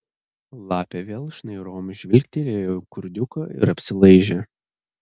lapė vėl šnairom žvilgtelėjo į kurdiuką ir apsilaižė